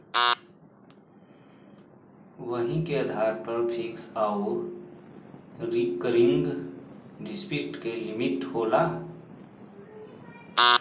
वही के आधार पर फिक्स आउर रीकरिंग डिप्सिट के लिमिट होला